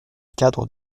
cadre